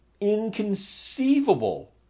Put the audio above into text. inconceivable